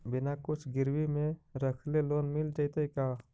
बिना कुछ गिरवी मे रखले लोन मिल जैतै का?